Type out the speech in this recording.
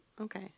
Okay